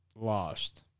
Lost